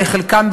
חלקן,